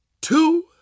two